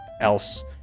else